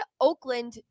oakland